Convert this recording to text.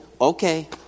Okay